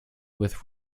with